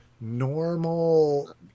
normal